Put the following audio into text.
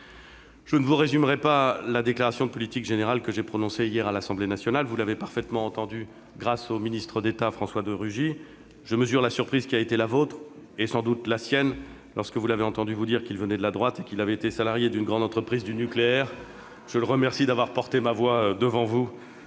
Je ne vous résumerai pas la déclaration de politique générale que j'ai prononcée hier à l'Assemblée nationale. Vous l'avez parfaitement entendue, grâce au ministre d'État François de Rugy. Je mesure la surprise qui a été la vôtre, et sans doute aussi la sienne, lorsque vous l'avez entendu vous dire qu'il venait de la droite et qu'il avait été salarié d'une grande entreprise du nucléaire ... Je le remercie d'avoir porté ma voix devant vous,